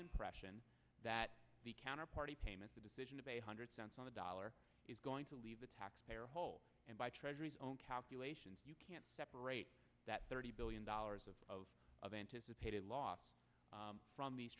impression that the counter party payments the decision of a hundred cents on the dollar is going to leave the taxpayer whole and buy treasuries own calculations you can't separate that thirty billion dollars of of of anticipated a lot from these